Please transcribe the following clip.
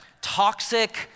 toxic